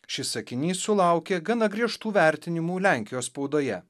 šis sakinys sulaukė gana griežtų vertinimų lenkijos spaudoje